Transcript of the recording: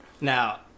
Now